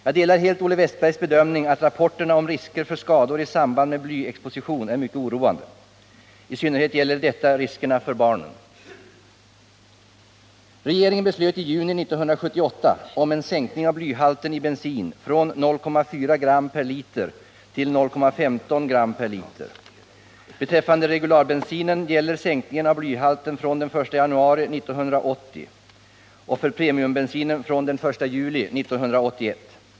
Jag delar helt Olle Wästbergs bedömning att rapporterna om riskerna för skador i samband med blyexposition är mycket oroande. I synnerhet gäller detta riskerna för barnen. Regeringen beslöt i juni 1978 om en sänkning av blyhalten i bensin från 0,40 g l. Beträffande regularbensinen gäller sänkningen av blyhalten från den 1 januari 1980 och för premiumbensinen från den 1 juli 1981.